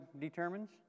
determines